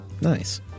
Nice